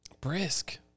Brisk